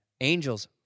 angels